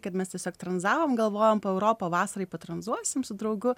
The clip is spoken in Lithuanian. kad mes tiesiog tranzavom galvojom europą vasarai patranzuosim su draugu